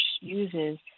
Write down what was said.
uses